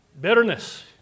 Bitterness